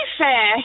fair